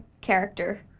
character